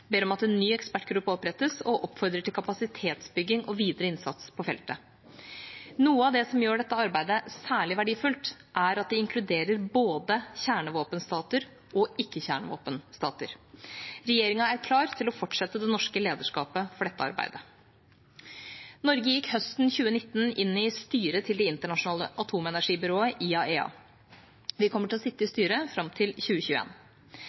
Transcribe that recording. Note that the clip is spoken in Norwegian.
ber om at en ny ekspertgruppe opprettes, og oppfordrer til kapasitetsbygging og videre innsats på feltet. Noe av det som gjør dette arbeidet særlig verdifullt, er at det inkluderer både kjernevåpenstater og ikke-kjernevåpenstater. Regjeringa er klar til å fortsette det norske lederskapet for dette arbeidet. Norge gikk høsten 2019 inn i styret til Det internasjonale atomenergibyrået, IAEA. Vi kommer til å sitte i styret fram til